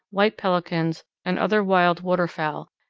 white pelicans, and other wild waterfowl,